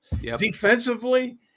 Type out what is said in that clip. defensively